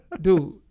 dude